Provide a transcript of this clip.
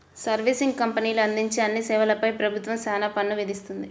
servicing కంపెనీలు అందించే అన్ని సేవలపై ప్రభుత్వం సేవా పన్ను విధిస్తుంది